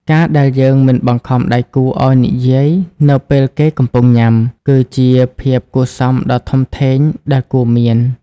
ការដែលយើងមិនបង្ខំដៃគូឱ្យនិយាយនៅពេលគេកំពុងញ៉ាំ គឺជាភាពគួរសមដ៏ធំធេងដែលគួរមាន។